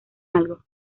algo